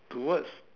towards